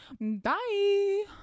bye